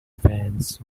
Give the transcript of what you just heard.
fans